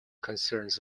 concerns